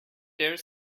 dare